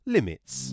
Limits